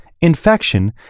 infection